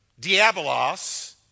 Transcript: Diabolos